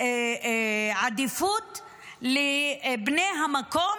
עדיפות לבני המקום